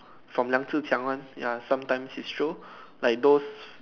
from 梁智强:Liang Zhi Qiang one ya sometimes his show like those